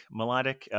melodic